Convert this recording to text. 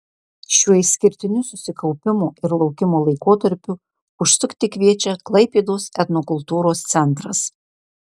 šiuo išskirtiniu susikaupimo ir laukimo laikotarpiu užsukti kviečia klaipėdos etnokultūros centras